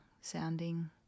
sounding